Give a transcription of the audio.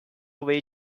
way